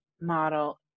model